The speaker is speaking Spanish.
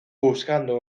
buscando